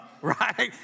right